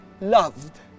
loved